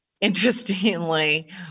interestingly